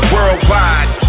Worldwide